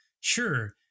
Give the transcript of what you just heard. Sure